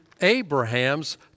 Abraham's